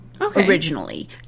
Originally